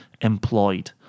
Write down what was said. employed